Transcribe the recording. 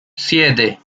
siete